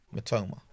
Matoma